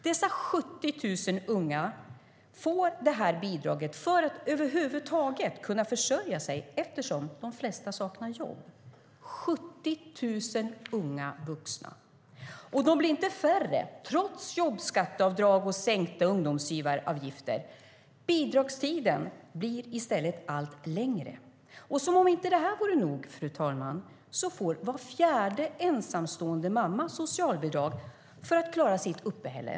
Dessa 70 000 unga vuxna får bidraget för att över huvud taget kunna försörja sig eftersom de flesta saknar jobb. De blir inte färre, trots jobbskatteavdrag och sänkta ungdomsarbetsgivaravgifter. Bidragstiden blir i stället allt längre. Som om det inte vore nog, fru talman, får var fjärde ensamstående mamma socialbidrag för att klara sitt uppehälle.